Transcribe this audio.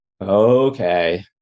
okay